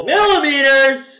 Millimeters